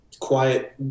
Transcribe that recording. quiet